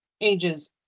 ages